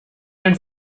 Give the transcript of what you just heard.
ein